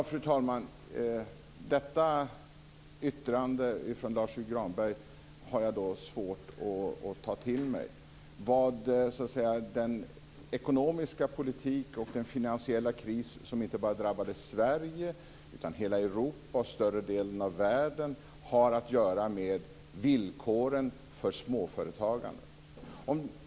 Fru talman! Detta yttrande från Lars U Granberg har jag svårt att ta till mig, dvs. vad den ekonomiska politiken och den finansiella kris som inte bara drabbade Sverige utan hela Europa och större delen av världen har att göra med villkoren för småföretagandet.